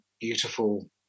beautiful